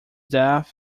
death